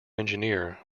engineer